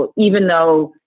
but even though,